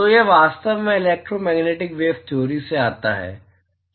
तो यह वास्तव में इलेक्ट्रो मैग्नेटिक वेव थियोरी से आता है